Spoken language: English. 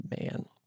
man